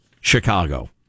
Chicago